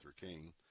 King